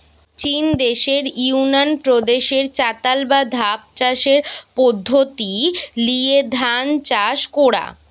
চিন দেশের ইউনান প্রদেশে চাতাল বা ধাপ চাষের পদ্ধোতি লিয়ে ধান চাষ কোরা